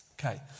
Okay